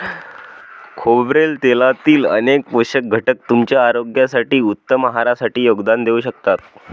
खोबरेल तेलातील अनेक पोषक घटक तुमच्या आरोग्यासाठी, उत्तम आहारासाठी योगदान देऊ शकतात